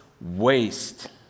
waste